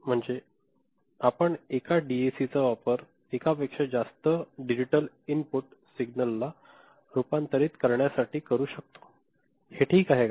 म्हणजे आपण एका डीएसी चा वापर एकापेक्षा जास्त डिजिटल इनपुट सिग्नल ला रूपांतरित करण्यासाठी करू शकतो ते ठीक आहे का